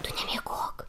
tu nemiegok